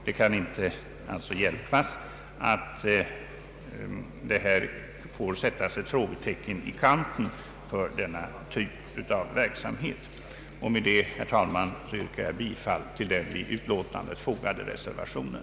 Det kan inte hjälpas att man får sätta ett frågetecken i kanten för denna typ av verksamhet. Med detta, herr talman, ber jag att få yrka bifall till den vid utlåtandet fogade reservationen.